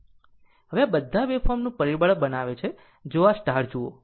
હવે આ બધા વેવફોર્મ નું પરિબળ બનાવે છે જો આ જુઓ